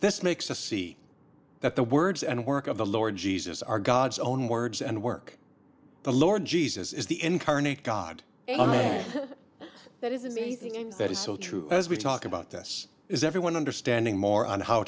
this makes us see that the words and work of the lord jesus are god's own words and work the lord jesus is the incarnate god that is a thing that is so true as we talk about this is everyone understanding more on how